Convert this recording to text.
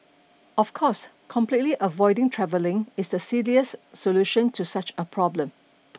of course completely avoiding travelling is the silliest solution to such a problem